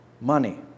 money